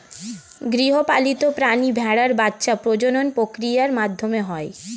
গৃহপালিত প্রাণী ভেড়ার বাচ্ছা প্রজনন প্রক্রিয়ার মাধ্যমে হয়